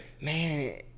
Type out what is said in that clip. Man